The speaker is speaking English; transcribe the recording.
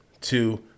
two